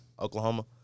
Oklahoma